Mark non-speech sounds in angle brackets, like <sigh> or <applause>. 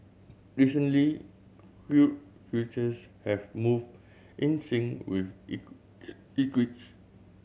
recently crude futures have moved in sync with <unintelligible>